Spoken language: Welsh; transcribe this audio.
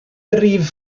rif